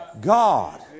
God